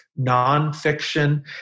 nonfiction